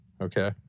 Okay